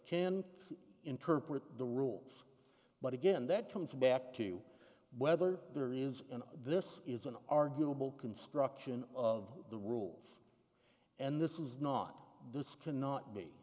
can interpret the rules but again that comes back to whether there is an this is an arguable construction of the rules and this is not this cannot be